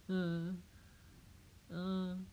mmhmm mm